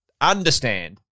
understand